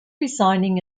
resigning